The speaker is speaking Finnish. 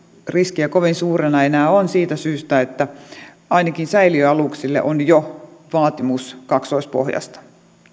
riskiä kovin suurena enää on siitä syystä että ainakin säiliöaluksille on jo vaatimus kaksoispohjasta